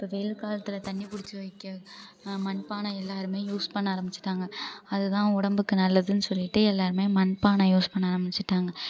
இப்போ வெயில் காலத்தில் தண்ணிப் பிடிச்சு வைக்க மண்பானை எல்லோருமே யூஸ் பண்ண ஆரம்பிச்சுட்டாங்க அதுதான் உடம்புக்கு நல்லதுன்னு சொல்லிவிட்டு எல்லோருமே மண்பானை யூஸ் பண்ண ஆரம்பிச்சுட்டாங்க